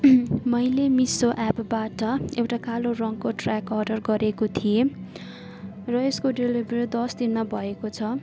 मैले मिसो एपबाट एउटा कालो रङको ट्र्याक अर्डर गरेको थिएँ र यसको डेलिभरी दस दिनमा भएको छ